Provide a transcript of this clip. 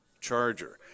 Charger